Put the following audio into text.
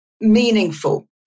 meaningful